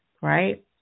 right